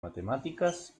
matemáticas